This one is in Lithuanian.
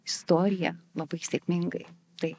istoriją labai sėkmingai tai